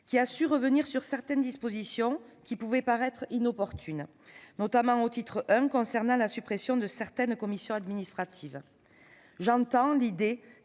qui a su revenir sur certaines dispositions pouvant paraître inopportunes, relatives notamment, au titre I, à la suppression de certaines commissions administratives. J'entends qu'il